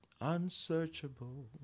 unsearchable